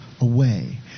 away